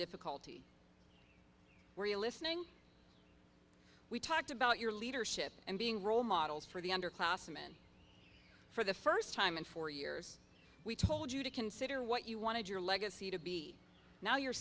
difficulty were you listening we talked about your leadership and being role models for the underclassman for the first time in four years we told you to consider what you wanted your legacy to be now your